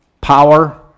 Power